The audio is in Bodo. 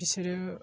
बिसोरो